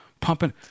pumping